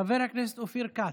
חבר הכנסת אופיר כץ,